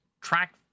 track